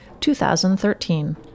2013